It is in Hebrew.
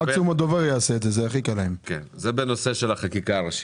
זה בנושא של החקיקה הראשית.